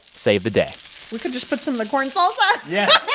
save the day we can just put some of the corn salsa yeah